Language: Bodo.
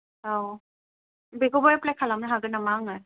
औ बेखौबो एफ्लाइ खालामनो हागोन नामा आङो